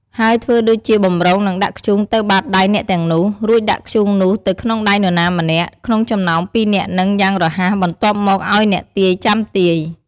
ហើយធ្វើដូចជាបម្រុងនឹងដាក់ធ្យូងទៅបាតដៃអ្នកទាំងនោះ រួចដាក់ធ្យូងនោះទៅក្នុងដៃនរណាម្នាក់ ក្នុងចំណោមពីរនាក់ហ្នឹងយ៉ាងរហ័ស បន្ទាប់មកឲ្យអ្នកទាយ ចាំទាយ។